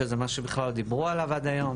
שזה משהו שלא דיברו עליו עד היום